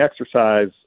exercise